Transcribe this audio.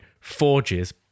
Forges